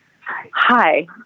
Hi